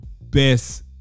best